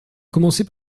commencer